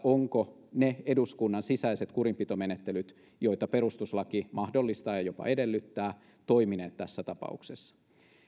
ovatko ne eduskunnan sisäiset kurinpitomenettelyt joita perustuslaki mahdollistaa ja jopa edellyttää toimineet tässä tapauksessa